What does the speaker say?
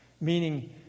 Meaning